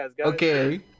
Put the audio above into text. okay